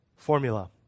Formula